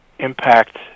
Impact